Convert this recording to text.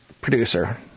producer